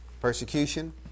persecution